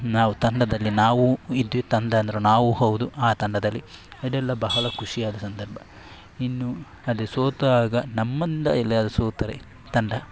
ನಾವು ತಂಡದಲ್ಲಿ ನಾವು ಇದ್ದದ್ದು ತಂಡ ಅಂದ್ರೆ ನಾವು ಹೌದು ಆ ತಂಡದಲ್ಲಿ ಇದೆಲ್ಲ ಬಹಳ ಖುಷಿಯಾದ ಸಂದರ್ಭ ಇನ್ನು ಅದೇ ಸೋತಾಗ ನಮ್ಮಿಂದ ಎಲ್ಲಾದ್ರು ಸೋತರೆ ತಂಡ